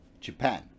Japan